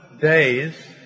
days